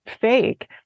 fake